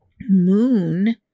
moon